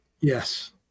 Yes